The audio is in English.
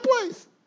place